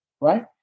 right